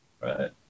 right